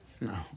No